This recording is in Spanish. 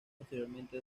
posteriormente